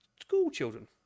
schoolchildren